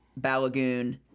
balagoon